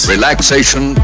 Relaxation